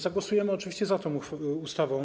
Zagłosujemy oczywiście za tą ustawą.